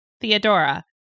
theodora